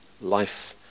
life